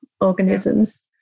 organisms